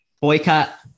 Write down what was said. boycott